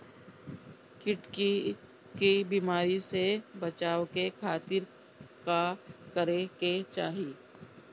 कीट के बीमारी से बचाव के खातिर का करे के चाही?